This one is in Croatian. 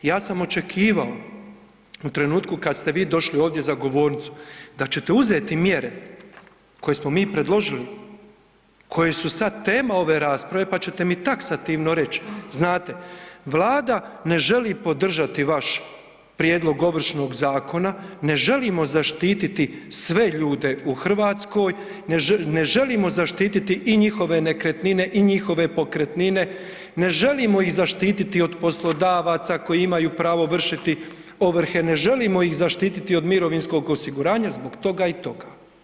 Ja sam očekivao u trenutku kad ste vi došli ovdje za govornicu da ćete uzeti mjere koje smo mi predložili koje su sada tema ove rasprave pa ćete mi taksativno reći, znate Vlada ne želi podržati vaš prijedlog Ovršnog zakona, ne želimo zaštititi sve ljude u Hrvatskoj, ne želimo zaštititi i njihove nekretnine i njihove pokretnine, ne želimo ih zaštititi od poslodavaca koji imaju pravo vršiti ovrhe, ne želimo ih zaštiti od mirovinskog osiguranja zbog toga i toga.